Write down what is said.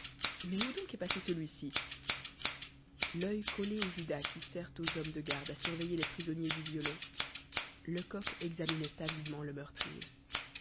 mais où donc est passé celui-ci l'œil collé au judas qui sert aux hommes de garde à surveiller les prisonniers du violon lecoq examinait avidement le meurtrier